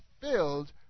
filled